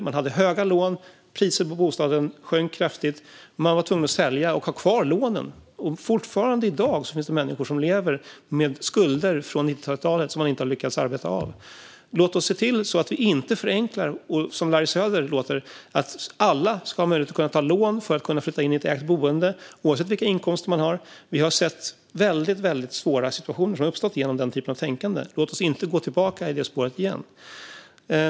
De hade höga lån, priset på bostaden sjönk kraftigt och de var tvungna att sälja men ha kvar lånen. Fortfarande i dag finns det människor som lever med skulder från 90-talet som de inte har lyckats arbeta av. Låt oss se till att vi inte förenklar. På Larry Söder låter det som att alla ska ha möjlighet att ta lån för att flytta in i ett ägt boende, oavsett vilka inkomster man har. Vi har sett väldigt svåra situationer som har uppstått genom den typen av tänkande. Låt oss inte gå tillbaka till det spåret igen.